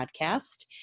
podcast